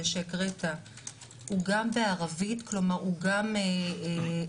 תחליט שבאמת הר הבית חשוב לה כמו שהוא אמור להיות,